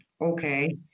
okay